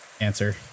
answer